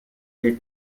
will